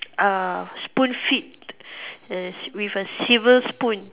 uh spoon-feed err s~ with a silver spoon